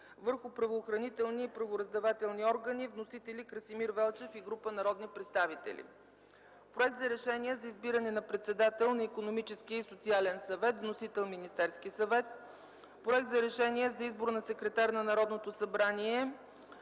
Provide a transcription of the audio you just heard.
върху правоохранителни и правораздавателни органи. (Вносители: Красимир Велчев и група народни представители.) 3. Проект за решение за избиране на председател на Икономическия и социален съвет. (Вносител: Министерски съвет.) 4. Проект за решение за избор на секретар на Народното събрание.